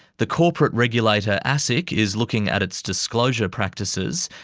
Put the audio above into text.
the corporate regulator asic is looking at its disclosure practices,